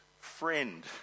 friend